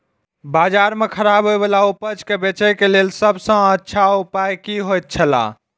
बाजार में खराब होय वाला उपज के बेचे के लेल सब सॉ अच्छा उपाय की होयत छला?